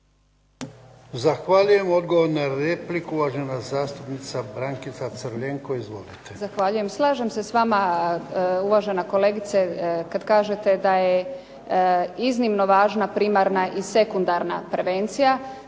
Zahvaljujem. Odgovor na repliku, uvažena zastupnica Brankica Crljenko. Izvolite. **Crljenko, Brankica (SDP)** Zahvaljujem. Slažem se s vama uvažena kolegice kad kažete da je iznimno važna primarna i sekundarna prevencija.